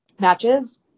matches